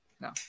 no